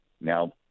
Now